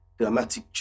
dramatic